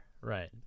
right